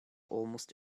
almost